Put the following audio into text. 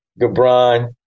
Gabron